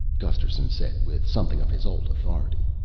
gusterson said with something of his old authority.